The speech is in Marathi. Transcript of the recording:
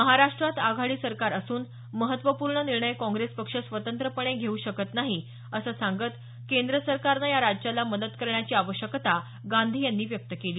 महाराष्ट्रात आघाडी सरकार असून महत्त्वपूर्ण निर्णय काँग्रेस पक्ष स्वतंत्रपणे घेऊ शकत नाही असं सांगत केंद्र सरकारनं या राज्याला मदत करण्याची आवश्यकता त्यांनी व्यक्त केली